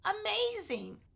amazing